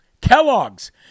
Kellogg's